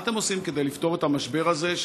3. מה אתם עושים כדי לפתור את המשבר הזה,